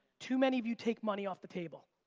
too many of you take money off the table.